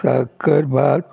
साकरभात